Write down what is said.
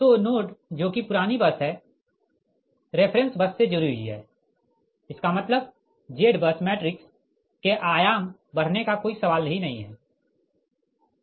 तो नोड जो कि पुरानी बस है रेफ़रेंस बस से जुड़ी हुई है इसका मतलब Z बस मैट्रिक्स के आयाम बढ़ने का कोई सवाल ही नही है